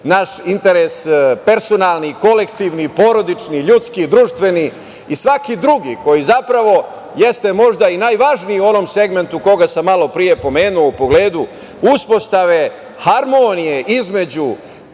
naš interes, personalni, kolektivni, porodični, ljudski, društveni i svaki drugi koji zapravo jeste možda i najvažniji u onom segmentu koga sam malo pre pomenuo u pogledu uspostave harmonije između